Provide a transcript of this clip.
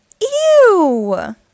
Ew